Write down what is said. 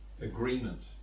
agreement